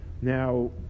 Now